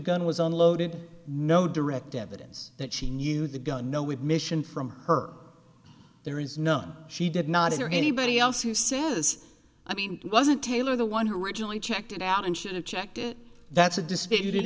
gun was unloaded no direct evidence that she knew the gun know with mission from her there is none she did not hear anybody else who says i mean it wasn't taylor the one who originally checked it out and should have checked it that's a disputed